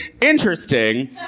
interesting